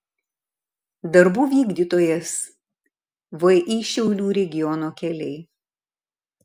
darbų vykdytojas vį šiaulių regiono keliai